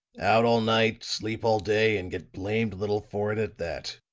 out all night, sleep all day, and get blamed little for it, at that.